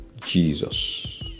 Jesus